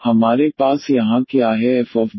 तो हमारे पास यहां क्या है fDeaxfaeax